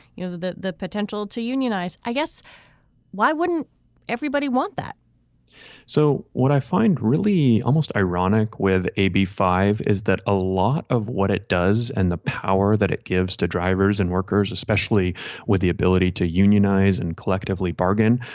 you know the the potential to unionize i guess why wouldn't everybody want that so what i find really almost ironic with a b. five is that a lot of what it does and the power that it gives to drivers and workers especially with the ability to unionize and collectively bargain.